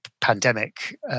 pandemic